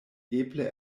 eble